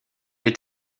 est